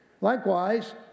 Likewise